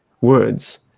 words